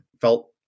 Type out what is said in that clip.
felt